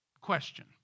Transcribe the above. question